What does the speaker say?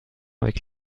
avec